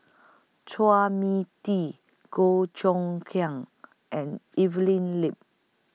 Chua Mia Tee Goh Choon Kang and Evelyn Lip